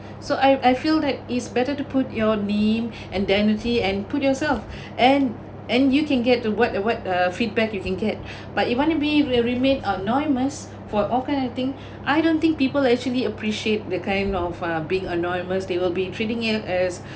so I I feel like it's better to put your name and deputy and put yourself and and you can get to what uh what uh feedback you can get but if you want to be will remain anonymous for all kind of thing I don't think people actually appreciate the kind of uh being anonymous they will be treating it as